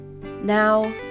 Now